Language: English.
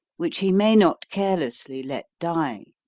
which he may not carelessly let die.